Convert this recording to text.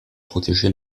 protéger